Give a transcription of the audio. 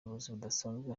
budasanzwe